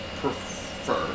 prefer